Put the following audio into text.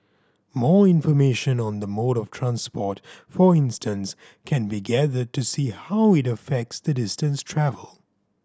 more information on the mode of transport for instance can be gathered to see how it affects the distance travelled